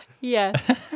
Yes